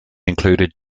included